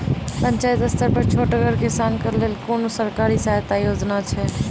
पंचायत स्तर पर छोटगर किसानक लेल कुनू सरकारी सहायता योजना छै?